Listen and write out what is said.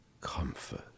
comfort